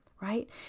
right